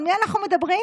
על מי אנחנו מדברים?